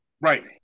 Right